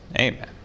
Amen